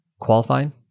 qualifying